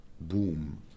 boom